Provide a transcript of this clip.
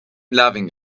loving